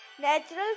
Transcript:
natural